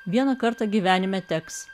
vieną kartą gyvenime teks